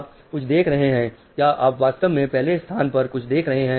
आप कुछ देख रहे हैं क्या आप वास्तव में पहले स्थान पर कुछ देख रहे हैं